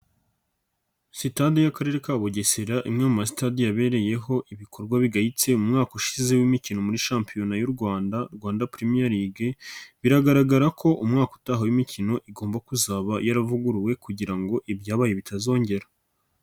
Sitade y'Akarere ka Bugesera imwe mu ma sitade yabereyeho ibikorwa bigayitse mu mwaka ushize w'imikino muri shampiyona y'u Rwanda, Rwanda Premier League, biragaragara ko umwaka utaha w'imikino igomba kuzaba yaravuguruwe kugira ngo ibyabaye bitazongera.